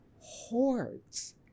hordes